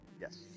yes